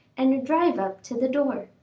and a drive up to the door.